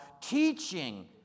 teaching